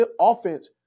offense